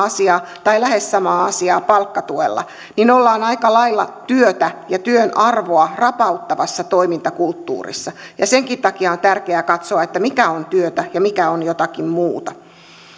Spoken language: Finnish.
asiaa tai lähes samaa asiaa palkkatuella niin ollaan aika lailla työtä ja työn arvoa rapauttavassa toimintakulttuurissa senkin takia on tärkeää katsoa mikä on työtä ja mikä on jotakin muuta